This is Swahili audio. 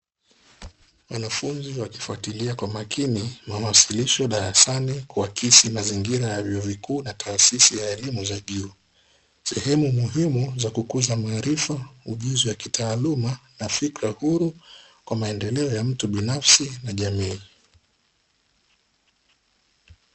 Wanafunzi wakifuatilia kwa makini mawasilisho darasani kuakisi mazingira ya vyuo vikuu na taasisi ya elimu za juu, sehemu muhimu za kukuza maarifa ujuzi wa kitaaluma na fikra huru kwa maendeleo ya mtu binafsi na jamii.